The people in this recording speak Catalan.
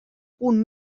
punt